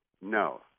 no